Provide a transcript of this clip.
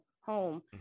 home